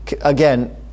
again